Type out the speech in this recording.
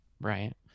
Right